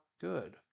good